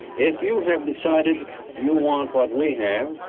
if you have decided you want what we have,